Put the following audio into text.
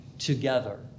together